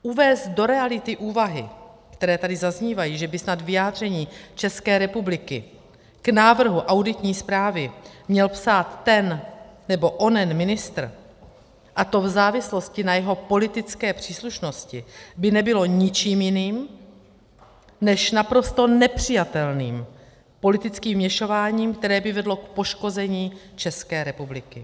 Uvést do reality úvahy, které tady zaznívají, že by snad vyjádření České republiky k návrhu auditní zprávy měl psát ten nebo onen ministr, a to v závislosti na jeho politické příslušnosti, by nebylo ničím jiným než naprosto nepřijatelným politickým vměšováním, které by vedlo k poškození České republiky.